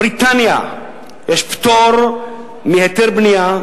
בבריטניה יש פטור מהיתר בנייה,